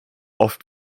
oft